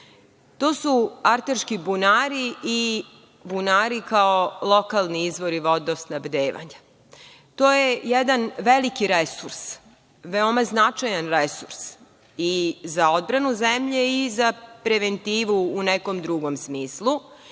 To su arterski bunari i bunari kao lokalni izvori vodosnabdevanja. To je jedan veliki resurs, veoma značajan resurs i za odbranu zemlje i za preventivu u nekom drugom smislu,